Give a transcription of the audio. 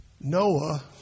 Noah